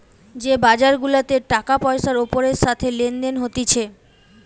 যে বাজার গুলাতে টাকা পয়সার ওপরের সাথে লেনদেন হতিছে